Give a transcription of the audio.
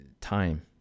time